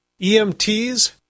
EMTs